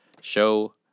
show